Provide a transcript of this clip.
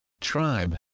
tribe